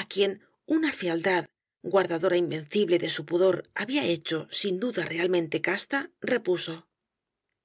á quien una fealdad guardadora invencible de su pudor había hecho sin duda realmente casta repuso